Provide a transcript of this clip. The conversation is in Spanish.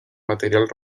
material